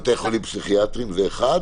-- בתי חולים פסיכיאטריים, זה אחד,